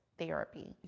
Therapy